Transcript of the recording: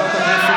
על כלום?